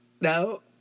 no